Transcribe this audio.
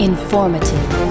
Informative